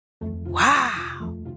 Wow